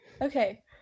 Okay